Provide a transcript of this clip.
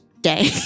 day